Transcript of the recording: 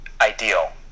ideal